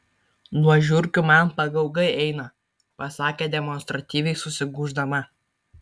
nuo žiurkių man pagaugai eina pasakė demonstratyviai susigūždama